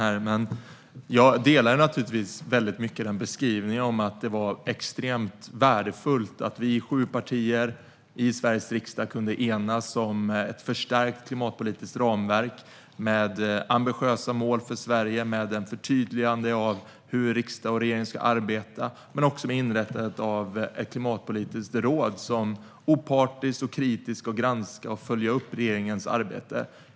Jag instämmer naturligtvis i hög grad i beskrivningen att det var extremt värdefullt att vi sju partier i Sveriges riksdag kunde enas om ett förstärkt klimatpolitiskt ramverk med ambitiösa mål för Sverige och ett förtydligande av hur riksdag och regering ska arbeta samt inrättande av ett klimatpolitiskt råd, som opartiskt och kritiskt ska granska och följa upp regeringens arbete.